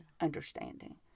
understanding